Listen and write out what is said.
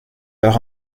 leur